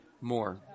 more